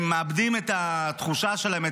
הם מאבדים את התחושה שלהם,